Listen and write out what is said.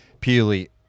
Purely